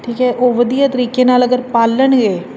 ਠੀਕ ਹੈ ਉਹ ਵਧੀਆ ਤਰੀਕੇ ਨਾਲ ਅਗਰ ਪਾਲਣਗੇ